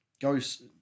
goes